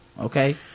okay